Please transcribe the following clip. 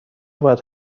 باید